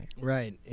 Right